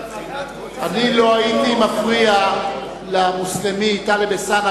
אני לא הייתי מפריע למוסלמי טלב אלסאנע